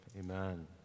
amen